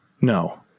No